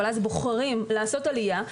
אבל אז בוחרים לעשות עלייה,